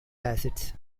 acids